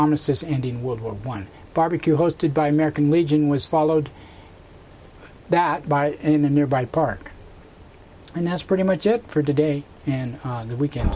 armistice ending world war one barbecue hosted by american legion was followed that by in a nearby park and that's pretty much it for today and weekends